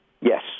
Yes